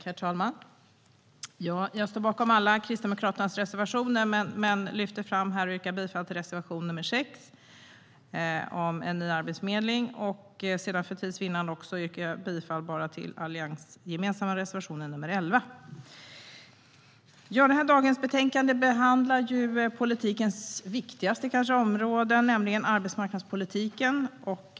Herr talman! Jag står bakom alla Kristdemokraternas reservationer men lyfter här fram och yrkar bifall till reservation nr 6 om en ny arbetsförmedling. Sedan yrkar jag för tids vinnande bifall bara till den alliansgemensamma reservationen nr 11. Dagens betänkande behandlar politikens kanske viktigaste område, nämligen arbetsmarknadspolitiken.